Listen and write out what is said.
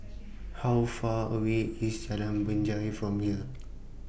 How Far away IS Jalan Binjai from here